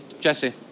Jesse